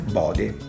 body